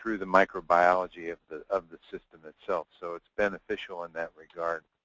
through the microbiology of the of the system itself. so it's beneficial in that regard.